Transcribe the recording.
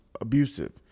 abusive